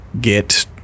get